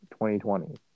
2020